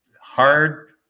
hard